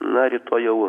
na rytoj jau